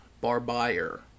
Barbier